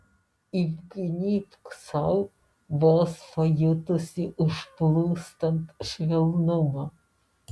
įgnybk sau vos pajutusi užplūstant švelnumą